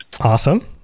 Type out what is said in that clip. Awesome